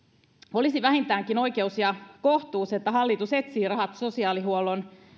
olisi vähintäänkin oikeus ja kohtuus että hallitus etsisi rahat sosiaalihuollon